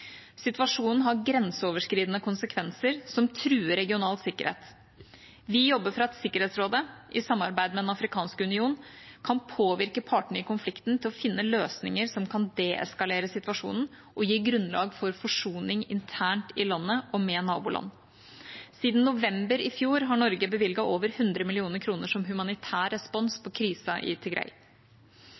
Situasjonen har grenseoverskridende konsekvenser som truer regional sikkerhet. Vi jobber for at Sikkerhetsrådet, i samarbeid med Den afrikanske union, kan påvirke partene i konflikten til å finne løsninger som kan de-eskalere situasjonen og gi grunnlag for forsoning internt i landet og med naboland. Siden november i fjor har Norge bevilget over 100 millioner kroner som humanitær respons på krisen i